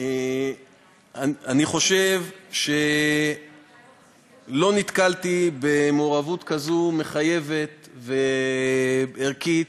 אני חושב שלא נתקלתי במעורבות כזאת מחייבת וערכית,